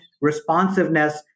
responsiveness